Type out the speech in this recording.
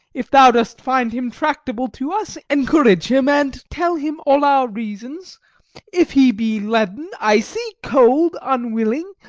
if thou dost find him tractable to us, encourage him, and tell him all our reasons if he be leaden, icy, cold, unwilling,